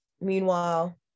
Meanwhile